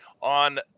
on